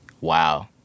Wow